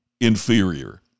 inferior